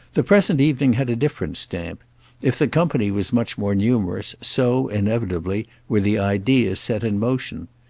the present evening had a different stamp if the company was much more numerous, so, inevitably, were the ideas set in motion.